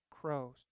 crows